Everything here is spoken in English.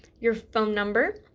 your phone number